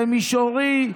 זה מישורי.